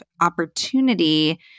opportunity